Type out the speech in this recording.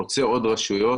חוצה עוד רשויות,